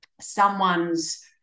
someone's